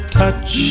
touch